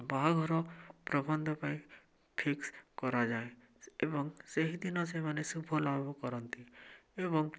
ବାହାଘର ପ୍ରବନ୍ଧ ପାଇଁ ଫିକ୍ସ୍ କରାଯାଏ ଏବଂ ସେହିଦିନ ସେମାନେ ଶୁଭଲାଭ କରନ୍ତି ଏବଂ